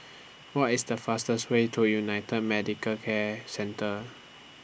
What IS The fastest Way to United Medical Care Centre